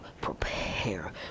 prepare